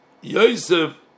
Yosef